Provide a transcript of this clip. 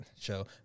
show